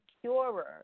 curer